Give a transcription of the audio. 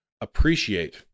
appreciate